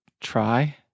try